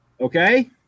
Okay